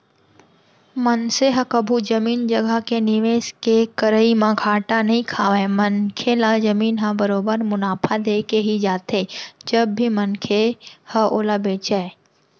मनसे ह कभू जमीन जघा के निवेस के करई म घाटा नइ खावय मनखे ल जमीन ह बरोबर मुनाफा देके ही जाथे जब भी मनखे ह ओला बेंचय